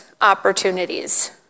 opportunities